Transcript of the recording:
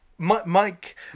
Mike